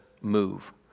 move